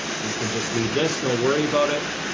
we can just leave this. don't worry about it.